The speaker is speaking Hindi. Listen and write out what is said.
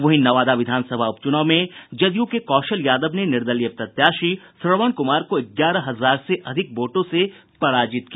वहीं नवादा विधानसभा उपचुनाव में जदयू के कौशल यादव ने निर्दलीय प्रत्याशी श्रवण कुमार को ग्यारह हजार से अधिक वोटों से पराजित कर दिया